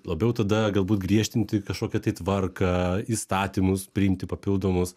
labiau tada galbūt griežtinti kažkokią tai tvarką įstatymus priimti papildomus